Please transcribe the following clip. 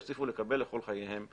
יוסיפו לקבל לכל חייהם,